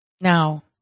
Now